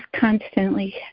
constantly